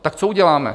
Tak co uděláme?